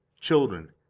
children